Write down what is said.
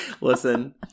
Listen